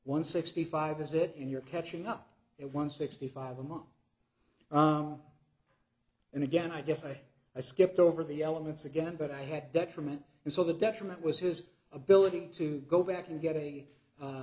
one sixty five is it and you're catching up it one sixty five a month and again i guess i i skipped over the elements again but i had detriment and so the detriment was his ability to go back and get a